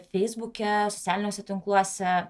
feisbuke socialiniuose tinkluose